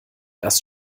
erst